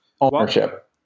ownership